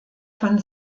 von